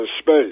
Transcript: space